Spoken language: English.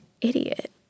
idiot